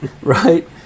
right